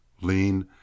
lean